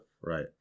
right